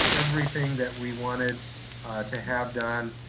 everything that we wanted to have done,